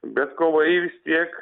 bet kovai vis tiek